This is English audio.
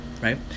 right